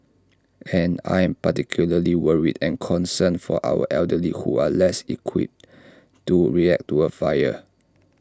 and I'm particularly worried and concerned for our elderly who are less equipped to react to A fire